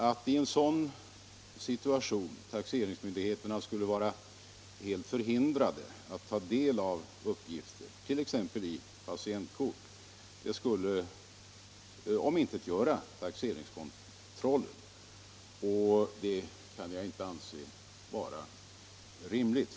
Att taxeringsmyndigheterna i en sådan situation skulle vara helt förhindrade att ta del av uppgifter. t.ex. i patientkort, skulle omintetgöra taxeringskontrollen, och det kan jag inte anse vara rimligt.